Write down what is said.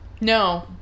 No